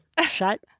Shut